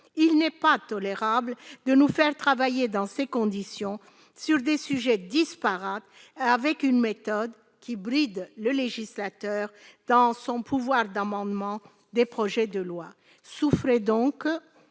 Il n'est pas tolérable de nous faire travailler dans ces conditions, sur des sujets disparates, avec une méthode qui bride le législateur dans son pouvoir d'amendement des projets de loi. Souffrez donc,